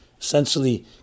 Essentially